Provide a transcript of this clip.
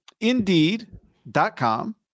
indeed.com